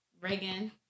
Reagan